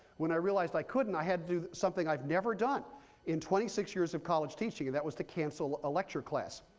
when i realized i couldn't, i had to do something i've never done in twenty six years of college teaching, and that was to cancel a lecture class.